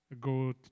go